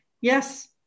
yes